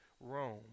Rome